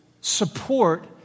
support